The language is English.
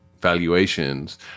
valuations